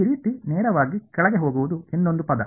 ಈ ರೀತಿ ನೇರವಾಗಿ ಕೆಳಗೆ ಹೋಗುವುದು ಇನ್ನೊಂದು ಪದ